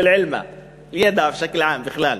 ידע בשכּל עאם, בכלל.